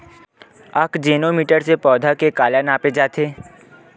आकजेनो मीटर से पौधा के काला नापे जाथे?